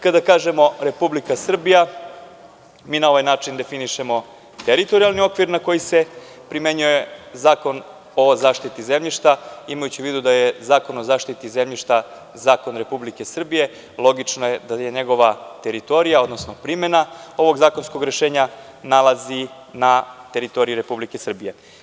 Kada kažemo Republika Srbija, mi na ovaj način definišemo teritorijalni okvir na koji se primenjuje Zakon o zaštiti zemljišta, imajući u vidu da je Zakon o zaštiti zemljišta zakon Republike Srbije, logično je da je njegova teritorija, odnosno primena ovog zakonskog rešenja se nalazi na teritoriji Republike Srbije.